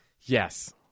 Yes